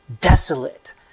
desolate